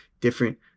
different